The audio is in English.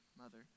mother